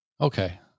Okay